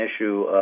issue